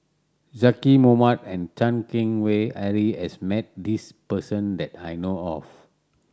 Zaqy Mohamad and Chan Keng Howe Harry has met this person that I know of